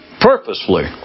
purposefully